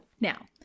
now